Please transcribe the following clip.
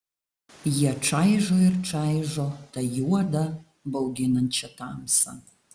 jie čaižo ir čaižo tą juodą bauginančią tamsą